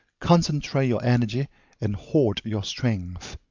concentrate your energy and hoard your strength.